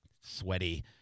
sweaty